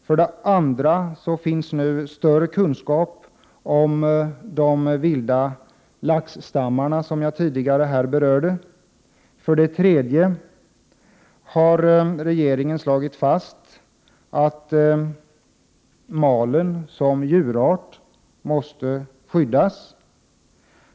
För det andra har man nu större kunskap om de vilda laxstammarna, som jag tidigare har berört. För det tredje har regeringen slagit fast att malen måste skyddas som djurart.